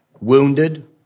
wounded